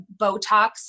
Botox